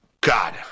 God